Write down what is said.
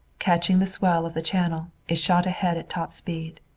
catching the swell of the channel, it shot ahead at top speed.